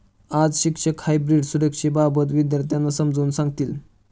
आज शिक्षक हायब्रीड सुरक्षेबाबत विद्यार्थ्यांना समजावून सांगतील